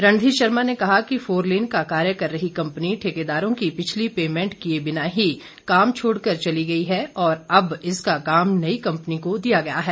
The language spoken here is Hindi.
रणधीर शर्मा ने कहा कि फोरलेन का कार्य कर रही कम्पनी ठेकेदारों की पिछली पैमेंट किए बिना ही काम छोड़कर चली गई है और अब इसका काम नई कम्पनी को दिया गया है